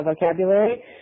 vocabulary